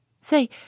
Say